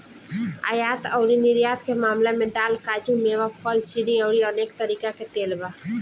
आयात अउरी निर्यात के मामला में दाल, काजू, मेवा, फल, चीनी अउरी अनेक तरीका के तेल बा